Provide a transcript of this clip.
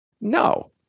No